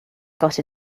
got